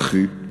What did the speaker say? ואחי.